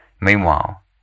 meanwhile